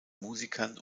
musikern